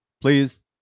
please